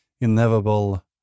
inevitable